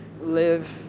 live